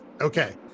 okay